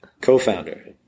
Co-founder